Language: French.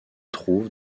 trouve